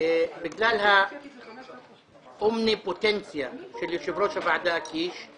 בגלל האומניפוטנציה של יושב-ראש הוועדה קיש,